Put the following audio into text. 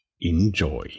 Enjoy